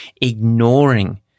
ignoring